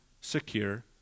secure